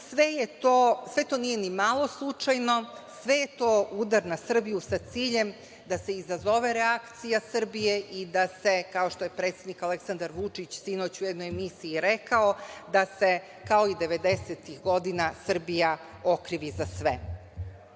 Sve to nije nimalo slučajno. Sve je to udar na Srbiju sa ciljem da se izazove reakcija Srbije i da se, kao što je predsednik Aleksandar Vučić u jednoj emisiji sinoć rekao, kao i devedesetih godina Srbija okrivi za sve. Kao